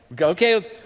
Okay